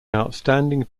outstanding